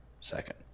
second